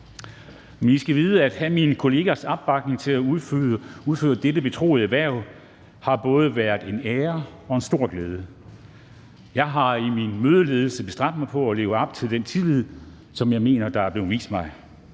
Men I skal vide, at det at have mine kollegaers opbakning til at udføre dette betroede hverv både har været en ære og en stor glæde. Jeg har i min mødeledelse bestræbt mig på at leve op til den tillid, som jeg mener er blevet vist mig.